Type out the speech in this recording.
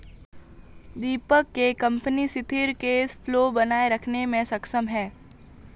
दीपक के कंपनी सिथिर cash flow बनाए रखने मे सक्षम है